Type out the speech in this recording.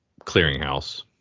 clearinghouse